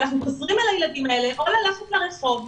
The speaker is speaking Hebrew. אנחנו גוזרים על הילדים האלה או ללכת לרחוב,